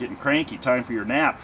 getting cranky time for your nap